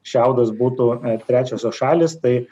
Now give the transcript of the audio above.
šiaudas būtų trečiosios šalys tai